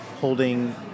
holding